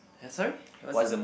uh sorry what's the